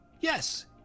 yes